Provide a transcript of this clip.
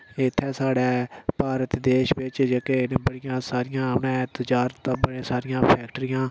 इत्थै साढ़ै भारत देश बिच जेह्के न बड़ियां सारियां उ'नें तजारतां बड़ियां सारियां उ'नें फैक्टरियां